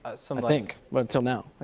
ah so i think. well, until now, i